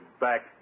back